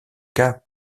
cas